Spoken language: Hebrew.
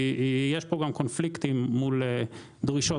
יש פה גם קונפליקטים מול הדרישות